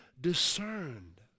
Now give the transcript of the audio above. discerned